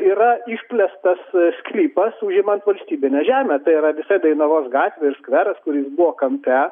yra išplėstas sklypas užimant valstybinę žemę tai yra visa dainavos gatvės skveras kur buvo kampe